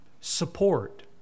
support